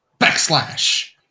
backslash